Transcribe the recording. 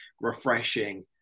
refreshing